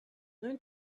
learn